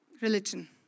religion